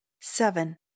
seven